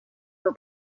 for